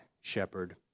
shepherd